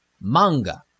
manga